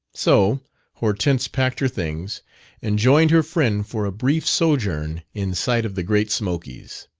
so hortense packed her things and joined her friend for a brief sojourn in sight of the great smokies.